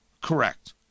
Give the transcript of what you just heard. correct